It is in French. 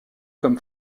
comme